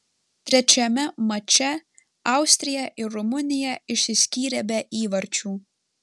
trečiame mače austrija ir rumunija išsiskyrė be įvarčių